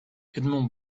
edmond